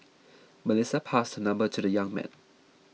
Melissa passed her number to the young man